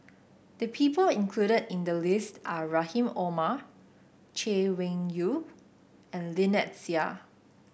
the people included in the list are Rahim Omar Chay Weng Yew and Lynnette Seah